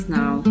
now